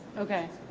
okay,